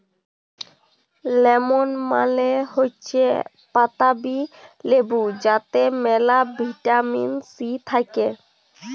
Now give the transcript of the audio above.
lemon মালে হৈচ্যে পাতাবি লেবু যাতে মেলা ভিটামিন সি থাক্যে